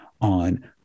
on